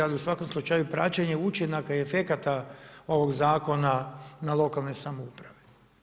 Ali u svakom slučaju praćenje učinaka i efekata ovog zakona na lokalne samouprave.